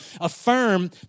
affirm